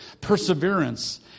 perseverance